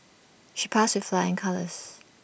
she passed with flying colours